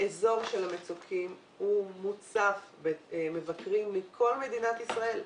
האזור של המצוקים מוצף במבקרים מכל מדינת ישראל.